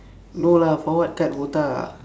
no lah for what cut botak